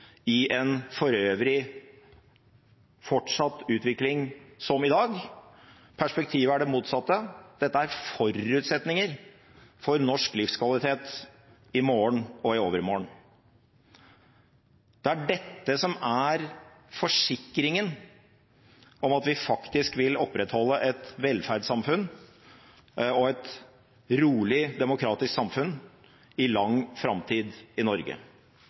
en utvikling som fortsetter som i dag, perspektivet er det motsatte. Dette er forutsetninger for norsk livskvalitet i morgen og i overmorgen. Det er dette som er forsikringen om at vi faktisk vil opprettholde et velferdssamfunn og et rolig, demokratisk samfunn i lang tid i Norge.